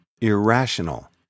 irrational